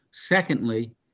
Secondly